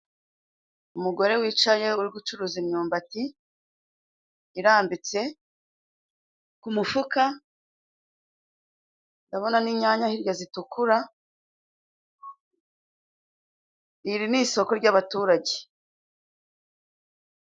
Umugore wicaye uri gucuruza imyumbati irambitse ku mufuka. Ndabona n'inyanya hirya zitukura, iri ni isoko ry'abaturage.